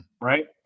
right